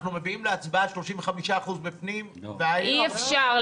אנחנו מביאים להצבעה 35% בפנים ו --- אי אפשר.